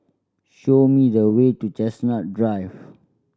show me the way to Chestnut Drive